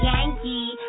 Yankee